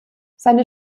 seine